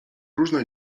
różne